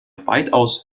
weitaus